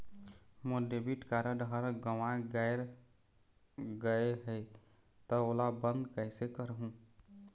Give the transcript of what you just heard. मोर debit card हर गंवा गैर गए हे त ओला बंद कइसे करहूं?